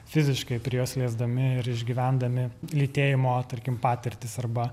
fiziškai prie jos liesdami ir išgyvendami lytėjimo tarkim patirtis arba